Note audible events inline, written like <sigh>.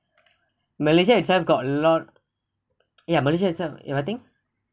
malaysia itself got a lot <noise> ya malaysia itself ya I think